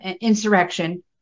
insurrection